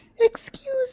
Excuse